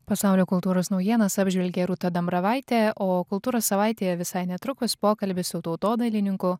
pasaulio kultūros naujienas apžvelgė rūta dambravaitė o kultūros savaitėje visai netrukus pokalbis su tautodailininku